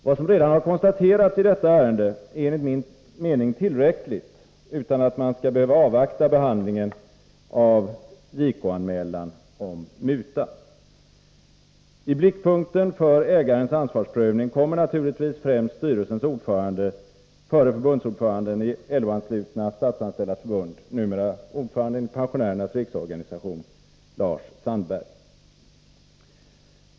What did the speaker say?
Vad som redan har konstaterats i detta ärende är enligt min uppfattning tillräckligt, utan att man skall behöva avvakta behandlingen av JK-anmälan om muta. I blickpunkten för ägarens ansvarsprövning kommer naturligtvis främst styrelsens ordförande, förre förbundsordföranden i LO-anlutna Statsanställdas förbund, numera ordföranden i Pensionärernas riksorganisation, Lars Sandberg.